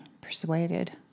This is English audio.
persuaded